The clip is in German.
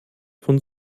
von